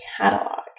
catalog